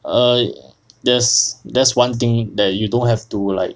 err that's that's one thing that you don't have to like